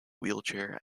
wheelchair